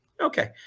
Okay